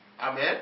Amen